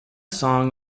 song